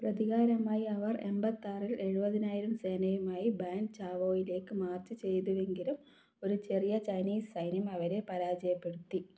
പ്രതികാരമായി അവർ എൺപത്താറിൽ എഴുപതിനായിരം സേനയുമായി ബാൻ ചാവോയിലേക്ക് മാർച്ച് ചെയ്തുവെങ്കിലും ഒരു ചെറിയ ചൈനീസ് സൈന്യം അവരെ പരാജയപ്പെടുത്തി